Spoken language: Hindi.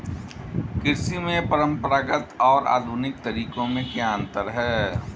कृषि के परंपरागत और आधुनिक तरीकों में क्या अंतर है?